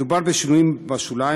מדובר בשינויים בשוליים,